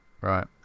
right